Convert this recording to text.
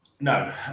No